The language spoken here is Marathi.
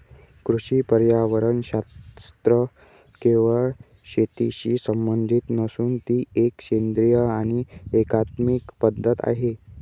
कृषी पर्यावरणशास्त्र केवळ शेतीशी संबंधित नसून ती एक सेंद्रिय आणि एकात्मिक पद्धत आहे